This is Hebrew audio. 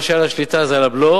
מה שהיה לה שליטה זה על הבלו,